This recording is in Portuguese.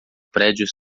prédio